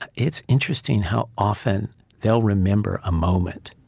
it's interesting how often they'll remember a moment.